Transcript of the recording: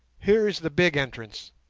here is the big entrance,